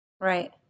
Right